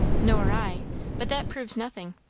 nor i but that proves nothing.